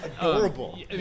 adorable